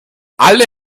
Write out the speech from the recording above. alle